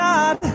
God